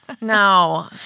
No